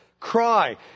cry